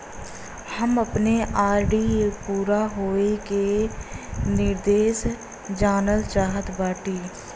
हम अपने आर.डी पूरा होवे के निर्देश जानल चाहत बाटी